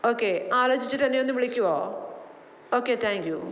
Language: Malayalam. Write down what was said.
ഓകെ ആലോചിച്ചിട്ട് എന്നേ ഒന്ന് വിളിക്കുവോ ഓകെ താങ്ക്യു